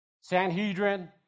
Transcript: Sanhedrin